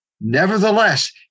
Nevertheless